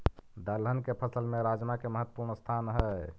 दलहन के फसल में राजमा के महत्वपूर्ण स्थान हइ